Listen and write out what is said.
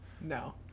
No